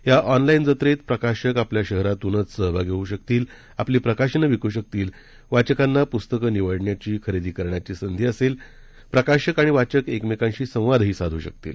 या ऑनलाईन जत्रेत प्रकाशक आपल्या शहरातूनचं सहभागी होऊ शकतील आपली प्रकाशनं विक् शकतील वाचकांना पुस्तकं निवडण्याची खरेदी करण्याची संधी असेल प्रकाशक आणि वाचक एकमेकांशी संवादही साधू शकतील